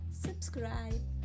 subscribe